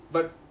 but